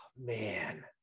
man